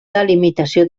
delimitació